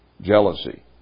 jealousy